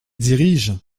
dirige